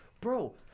bro